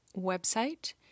website